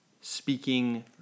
speaking